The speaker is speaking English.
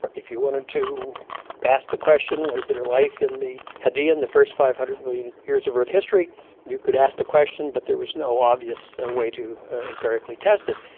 but if you wanted to ask the question was there life in the hadean, the first five hundred million years of earth history you could ask the question but there was no obvious so way to empirically test it.